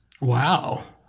Wow